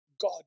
God